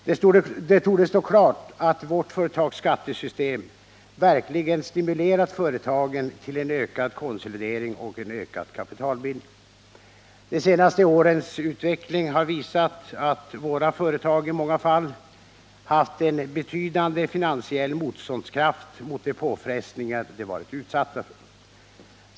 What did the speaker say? Det torde stå klart att vårt företagsskattesystem verkligen stimulerat företagen till en ökad konsolidering och en ökad kapitalbildning. De senaste årens utveckling har visat att våra företag i många fall haft en betydande finansiell motståndskraft mot de påfrestningar de varit utsatta för.